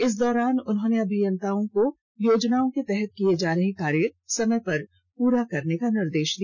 इस दौरान उन्होंने अभियंताओं को योजनाओं के तहत किये जा रहे कार्य समय पर प्ररा करने का निर्देश दिया